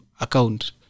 account